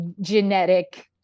genetic